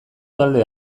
talde